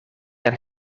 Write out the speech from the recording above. aan